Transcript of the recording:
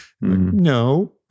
No